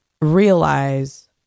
realize